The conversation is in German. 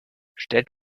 stellt